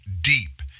deep